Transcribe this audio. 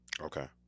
Okay